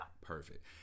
perfect